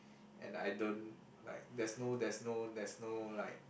and I don't like there's no there's no there's no like